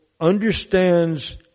understands